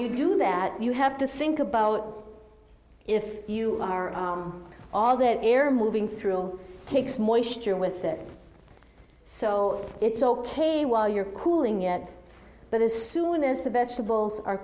you do that you have to think about if you are all that air moving through takes more sugar with it so it's ok while you're cooling yet but as soon as the vegetables are